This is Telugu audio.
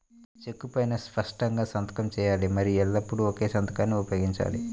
చెక్కు పైనా స్పష్టంగా సంతకం చేయాలి మరియు ఎల్లప్పుడూ ఒకే సంతకాన్ని ఉపయోగించాలి